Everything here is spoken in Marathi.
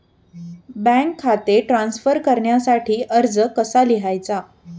बँक खाते ट्रान्स्फर करण्यासाठी अर्ज कसा लिहायचा?